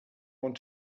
want